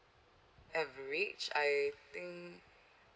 average I think